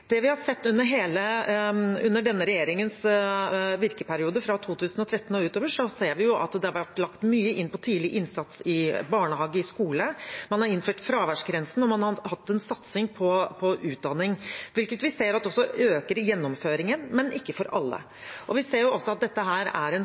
Det vi har sett under denne regjeringens virkeperiode, fra 2013 og utover, er at det har vært lagt mye inn på tidlig innsats i barnehage, i skole, man har innført fraværsgrensen, og man har hatt en satsing på utdanning, hvilket vi ser også øker gjennomføringen, men ikke for alle.